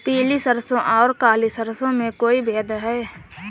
पीली सरसों और काली सरसों में कोई भेद है?